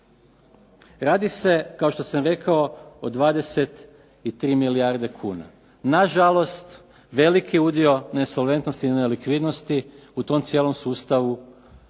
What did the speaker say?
Radi se kao što sam rekao o 23 milijarde kuna. Na žalost, veliki udio nesolventnosti i nelikvidnosti u tom cijelom sustavu